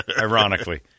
Ironically